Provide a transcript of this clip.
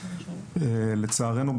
לצערנו,